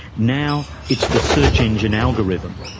now it's the search engine algorithm,